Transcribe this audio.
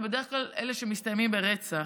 ובדרך כלל אלה שמסתיימים ברצח.